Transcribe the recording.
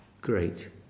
great